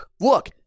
look